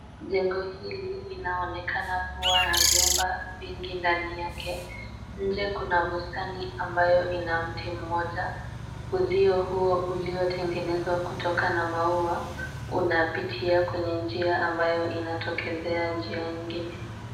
Jengo hili linaonekana kuwa na vyumba vingi ndani yake. Nje Kuna bustani ambayo ina mti mmoja. Uzio huo uliotengenezwa kutoka na maua unapitia kwenye njia ambayo inatokezea njia ingine.